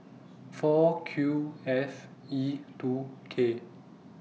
four Q F E two K